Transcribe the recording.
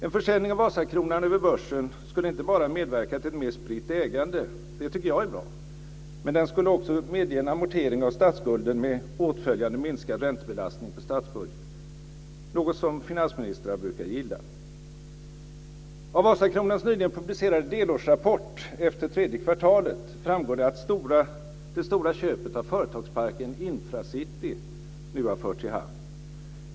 En försäljning av Vasakronan över börsen skulle inte bara medverka till ett mer spritt ägande, vilket jag tycker är bra, utan också medge en amortering av statsskulden, med åtföljande minskad räntebelastning på statsbudgeten, något som finansministrar brukar gilla. Av Vasakronans nyligen publicerade delårsrapport efter tredje kvartalet framgår att det stora köpet av företagsparken Infra City nu har förts i hamn.